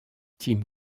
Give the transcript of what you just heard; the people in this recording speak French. tim